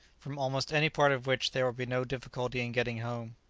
from almost any part of which there would be no difficulty in getting home.